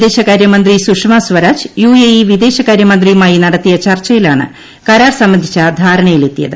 വിദേശകാര്യ മന്ത്രി Sushma Swaraj U A E വിദേശകാര്യ മന്ത്രിയുമായി നടത്തിയ ചർച്ചയിലാണ് കരാർ സംബന്ധിച്ച ധാരണയിലെത്തിയത്